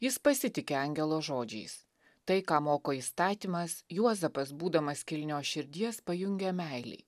jis pasitiki angelo žodžiais tai ką moko įstatymas juozapas būdamas kilnios širdies pajungia meilei